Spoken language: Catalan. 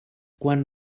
quan